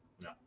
No